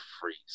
freeze